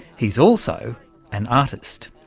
he's also an artist.